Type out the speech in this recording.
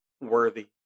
worthy